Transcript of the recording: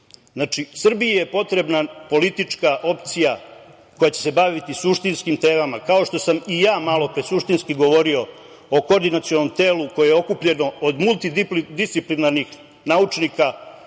NATO-a. Srbiji je potrebna politička opcija koja će se baviti suštinskim temama, kao što sam i ja malopre suštinski govorio o Koordinacionom telu koje je okupljeno od multidsciplinarnih naučnika